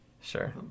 Sure